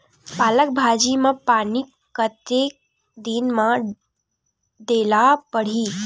पालक भाजी म पानी कतेक दिन म देला पढ़ही?